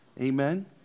Amen